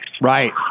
Right